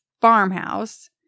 farmhouse